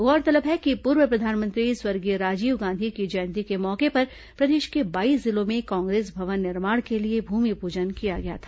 गौरतलब है कि पूर्व प्रधानमंत्री स्वर्गीय राजीव गांधी की जयंती के मौके पर प्रदेश के बाईस जिलों में कांग्रेस भवन निर्माण के लिए भूमिपूजन किया गया था